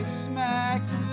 smacked